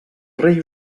rei